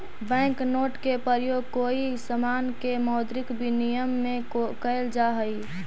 bank note के प्रयोग कोई समान के मौद्रिक विनिमय में कैल जा हई